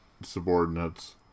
subordinates